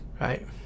Right